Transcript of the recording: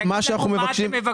מה אתם מבקשים?